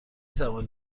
توانید